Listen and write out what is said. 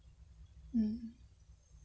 mm